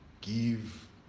give